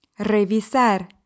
Revisar